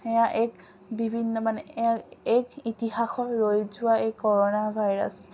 সেয়া এক বিভিন্ন মানে এক ইতিহাসৰ ৰৈ যোৱা এই কৰোণা ভাইৰাছ